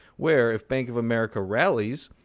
where if bank of america rallies,